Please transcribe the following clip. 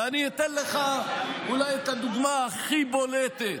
ואני אתן לך אולי את הדוגמה הכי בולטת.